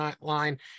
line